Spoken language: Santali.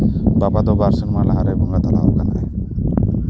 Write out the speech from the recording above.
ᱵᱟᱵᱟ ᱫᱚ ᱵᱟᱨ ᱥᱮᱨᱢᱟ ᱞᱟᱦᱟ ᱨᱮ ᱵᱚᱸᱜᱟ ᱛᱟᱞᱟ ᱟᱠᱟᱱᱟᱭ